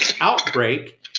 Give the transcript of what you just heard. Outbreak